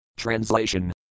Translation